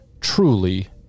truly